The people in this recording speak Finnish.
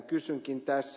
kysynkin tässä